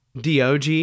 DOG